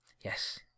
yes